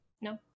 No